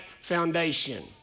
foundation